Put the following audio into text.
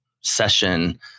session